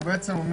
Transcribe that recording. בעצם,